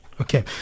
Okay